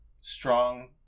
strong